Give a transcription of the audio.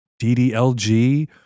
DDLG